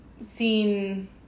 Seen